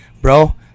Bro